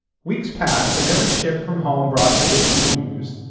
weeks passed, and every ship from home brought additional news.